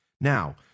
Now